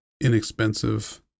inexpensive